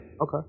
Okay